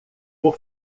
por